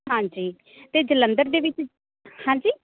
ਹਾਂਜੀ ਅਤੇ ਜਲੰਧਰ ਦੇ ਵਿੱਚ ਹਾਂਜੀ